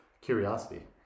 Curiosity